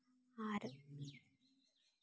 ᱟᱨ